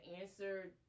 answer